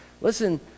Listen